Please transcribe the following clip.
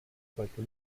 qualche